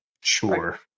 Sure